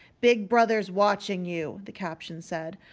big brother is watching you, the caption said,